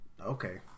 Okay